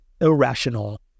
irrational